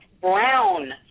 brown